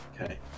okay